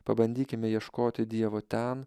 pabandykime ieškoti dievo ten